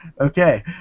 Okay